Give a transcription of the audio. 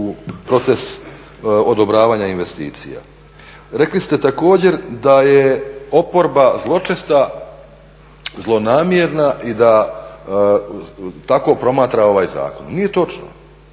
u proces odobravanja investicija. Rekli ste također da je oporba zločesta, zlonamjerna i da tako promatra ovaj zakon. Nije točno,